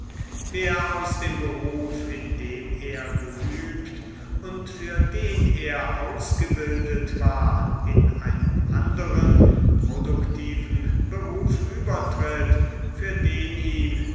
wer aus dem beruf in dem er geübt und für den er ausgebildet war in einen anderen produktiven beruf übertritt für den ihm